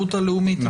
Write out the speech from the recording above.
הלאומית?